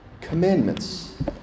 commandments